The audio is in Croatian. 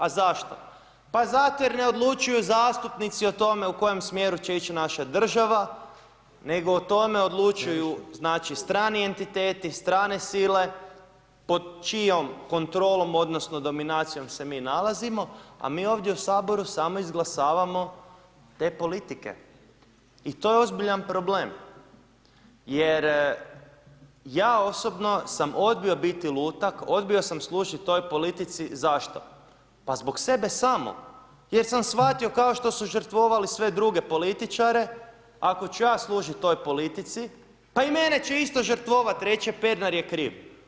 A zašto, pa zato jer ne odlučuju zastupnici o tome u kojem smjeru će ići naša država nego o tome odlučuju znači strani entiteti, strane sile pod čijom kontrolom odnosno dominacijom se mi nalazimo, a mi ovdje u saboru samo izglasavamo te politike i to je ozbiljan problem, jer ja osobno sam odbio biti lutak, odbio sam služiti ovoj politici, zašto, pa zbog sebe samog jer sam shvatio kao što su žrtvovali sve druge političare ako ću ja služit ovoj politici, pa i mene će isto žrtvovat reć će Pernar je kriv.